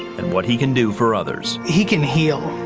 and what he can do for others. he can heal.